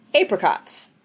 apricots